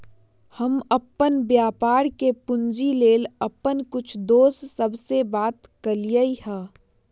हम अप्पन व्यापार के पूंजी लेल अप्पन कुछ दोस सभ से बात कलियइ ह